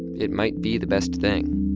it might be the best thing